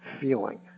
feeling